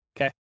Okay